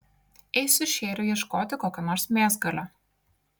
eisiu šėriui ieškoti kokio nors mėsgalio